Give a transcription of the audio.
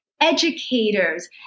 educators